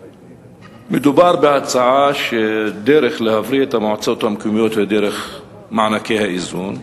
מדובר בהצעה שלפיה הדרך להבריא את המועצות המקומיות היא מענקי האיזון,